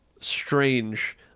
strange